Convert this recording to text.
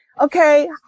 okay